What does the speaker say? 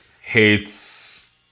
hates